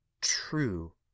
true